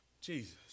Jesus